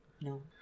No